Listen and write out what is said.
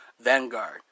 Vanguard